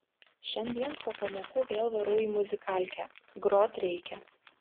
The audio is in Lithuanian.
šiandien po pamokų vėl varau į muzikalkę grot reikia